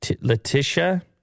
Letitia